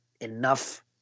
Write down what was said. enough